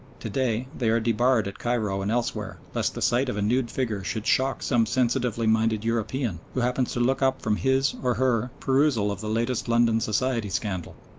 to-day they are debarred at cairo and elsewhere, lest the sight of a nude figure should shock some sensitively minded european who happens to look up from his, or her, perusal of the latest london society scandal.